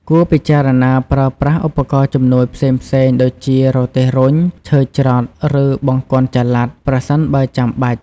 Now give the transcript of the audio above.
គួរពិចារណាប្រើប្រាស់ឧបករណ៍ជំនួយផ្សេងៗដូចជារទេះរុញ ឈើច្រត់ ឬបង្គន់ចល័ត ប្រសិនបើចាំបាច់។